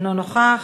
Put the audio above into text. אינו נוכח.